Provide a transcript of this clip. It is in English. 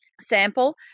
sample